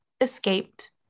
escaped